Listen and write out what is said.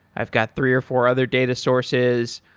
i've got three or four other data sources,